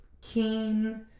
keen